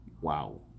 Wow